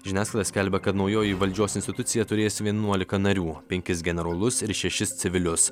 žiniasklaida skelbia kad naujoji valdžios institucija turės vienuolika narių penkis generolus ir šešis civilius